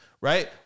Right